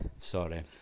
Sorry